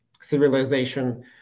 civilization